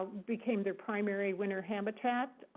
became their primary winter habitat.